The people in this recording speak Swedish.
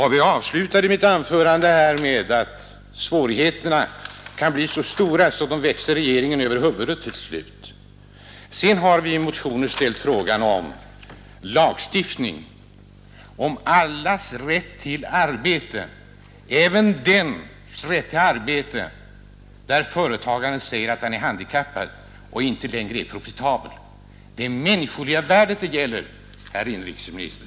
Jag avslutade mitt förra anförande med att säga att svårigheterna kan bli så stora att de växer regeringen över huvudet till slut. I motioner har vi också ställt frågan om lagstiftning om allas rätt till arbete, även den människas rätt till arbete om vilken företagaren säger att han är handikappad och inte längre profitabel. Det är människovärdet det gäller, herr inrikesminister!